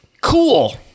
Cool